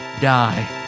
Die